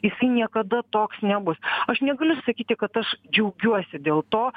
jisai niekada toks nebus aš negaliu sakyti kad aš džiaugiuosi dėl to